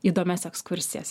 įdomias ekskursijas